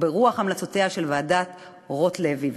וברוח המלצותיה של ועדת רוטלוי,